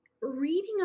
reading